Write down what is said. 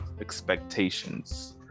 expectations